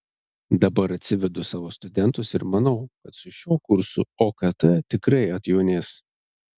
dabar atsivedu savo studentus ir manau kad su šiuo kursu okt tikrai atjaunės